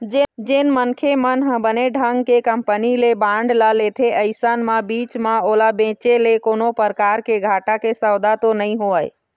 जेन मनखे मन ह बने ढंग के कंपनी के बांड ल लेथे अइसन म बीच म ओला बेंचे ले कोनो परकार के घाटा के सौदा तो नइ होवय